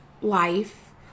life